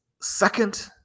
second